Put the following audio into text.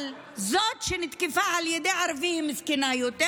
אבל זאת שהותקפה על ידי ערבים מסכנה יותר,